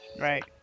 right